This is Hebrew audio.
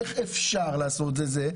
איך אפשר לעשות את זה?